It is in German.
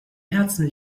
herzen